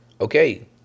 Okay